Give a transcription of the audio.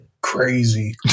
crazy